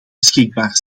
beschikbaar